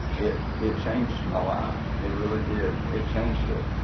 it it changed my life, it really did. it changed it.